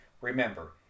remember